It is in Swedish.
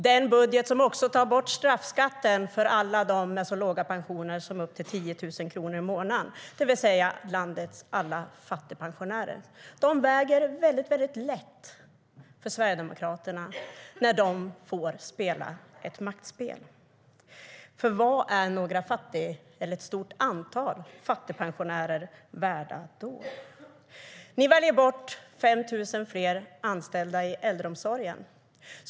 Den budgeten tar också bort straffskatten för alla med så låga pensioner som upp till 10 000 kronor i månaden, det vill säga landets alla fattigpensionärer. De väger väldigt lätt för Sverigedemokraterna när ni får spela ett maktspel. För vad är ett stort antal fattigpensionärer värda då? Ni väljer bort 5 000 fler anställda i äldreomsorgen.